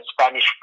spanish